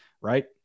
Right